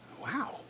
Wow